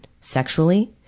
sexually